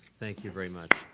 thank you very much.